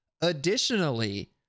Additionally